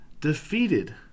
defeated